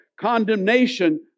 condemnation